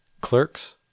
Clerks